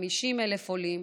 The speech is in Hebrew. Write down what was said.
50,000 עולים.